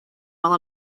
while